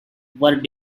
were